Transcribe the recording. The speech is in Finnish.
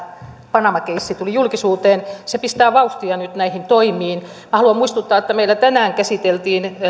panama keissi tuli julkisuuteen se pistää vauhtia nyt näihin toimiin minä haluan muistuttaa että meillä tänään käsiteltiin